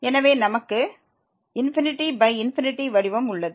எனவே நமக்கு ∞∞ வடிவம் உள்ளது